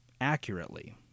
accurately